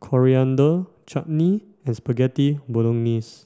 Coriander Chutney and Spaghetti Bolognese